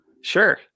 sure